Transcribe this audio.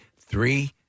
Three